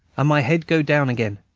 and my head go down again.